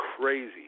crazy